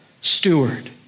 steward